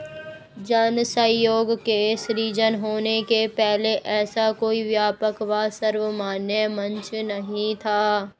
जन सहयोग के सृजन होने के पहले ऐसा कोई व्यापक व सर्वमान्य मंच नहीं था